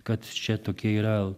kad čia tokie yra